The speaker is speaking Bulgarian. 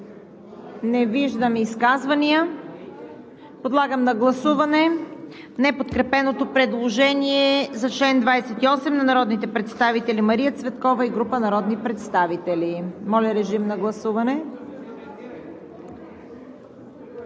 Не виждам. Подлагам на гласуване неподкрепеното предложение за чл. 28 на народните представители Мария Цветкова и група народни представители. Гласували